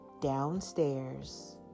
downstairs